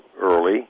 early